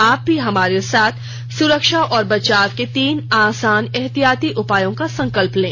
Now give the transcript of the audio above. आप भी हमारे साथ सुरक्षा और बचाव के तीन आसान एहतियाती उपायों का संकल्प लें